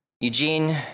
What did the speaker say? Eugene